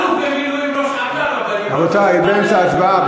אלוף במילואים, רבותי, באמצע ההצבעה?